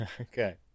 Okay